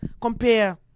compare